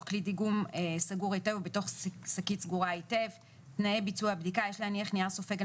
כלי דיגום סגור היטב ובתוך שקית סגורה היטב; יש להניח נייר סופג על